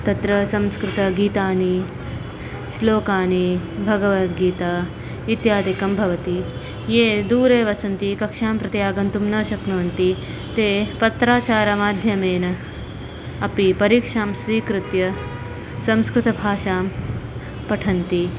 तत्र संस्कृतगीतानि श्लोकानि भगवद्गीता इत्यादिकं भवति ये दूरे वसन्ति कक्षां प्रति आगन्तुं न शक्नुवन्ति ते पत्राचारमाध्यमेन अपि परीक्षां स्वीकृत्य संस्कृतभाषां पठन्ति